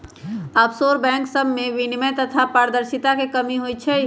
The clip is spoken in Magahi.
आफशोर बैंक सभमें विनियमन तथा पारदर्शिता के कमी होइ छइ